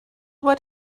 what